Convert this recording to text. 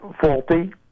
faulty